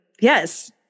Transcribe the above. Yes